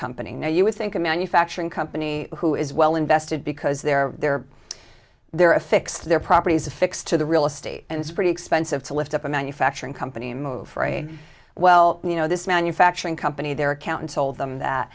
company now you would think a manufacturing company who is well invested because they're there they're a fix their properties affixed to the real estate and it's pretty expensive to lift up a manufacturing company and move for a well you know this manufacturing company there accountant told them that